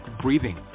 breathing